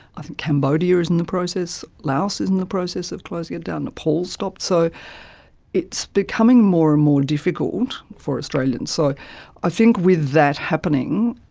i think cambodia is in the process, laos is in the process of closing down, nepal stopped. so it's becoming more and more difficult for australians. so i think with that happening,